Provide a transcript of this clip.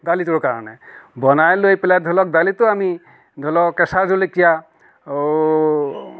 দালিটোৰ কাৰণে বনাই লৈ পেলাই ধৰি লওক দালিটো আমি ধৰি লওক কেঁচা জলকীয়া আৰু